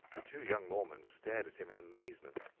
the two young mormons stared at him in amazement.